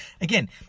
again